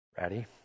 Ready